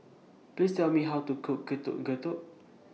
Please Tell Me How to Cook Getuk Getuk